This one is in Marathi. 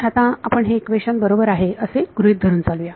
तर आता आपण हे इक्वेशन बरोबर आहे असे गृहीत धरून चालू या